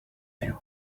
fury